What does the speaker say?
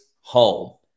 home